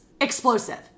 explosive